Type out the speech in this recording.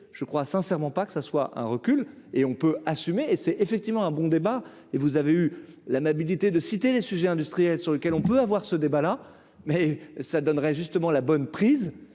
je crois sincèrement pas que ça soit un recul et on peut assumer et c'est effectivement un bon débat et vous avez eu l'amabilité de citer les sujets industriels sur lequel on peut avoir ce débat là mais ça donnerait justement la bonne prise